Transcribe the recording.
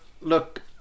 look